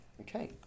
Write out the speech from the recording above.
Okay